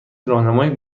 راهنمای